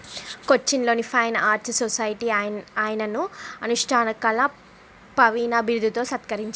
కొచ్చిన్లోని fine arts society ఆయన ఆయనను అనుష్టాన కళా ప్రవీణా బిరుదుతో సత్కరించింది